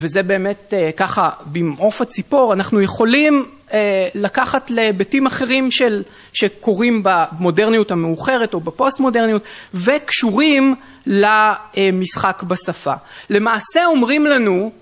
וזה באמת ככה במעוף הציפור אנחנו יכולים לקחת לביתים אחרים שקורים במודרניות המאוחרת או בפוסט מודרניות וקשורים למשחק בשפה למעשה אומרים לנו